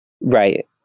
Right